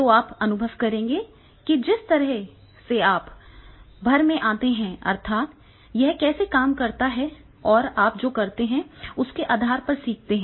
तो आप अनुभव करके या जिस तरह से आप भर में आते हैं अर्थात यह कैसे काम करता है और आप जो करते हैं उसके आधार पर सीखते हैं